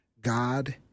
God